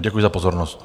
Děkuji za pozornost.